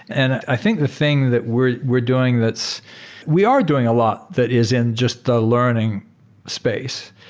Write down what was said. and i think the thing that we're we're doing that's we are doing a lot that isn't just the learning space,